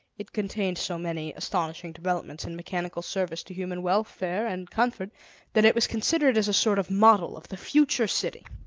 it contained so many astonishing developments in mechanical service to human welfare and comfort that it was considered as a sort of model of the future city.